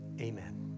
Amen